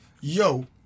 yo